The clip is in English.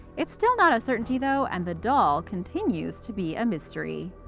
it's still not a certainty, though, and the doll continues to be a mystery.